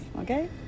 Okay